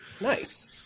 Nice